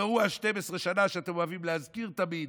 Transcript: ראו 12 השנה שאתם אוהבים להזכיר תמיד,